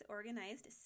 Organized